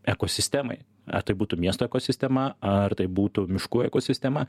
ekosistemai ar tai būtų miesto ekosistema ar tai būtų miškų ekosistema